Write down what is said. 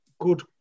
good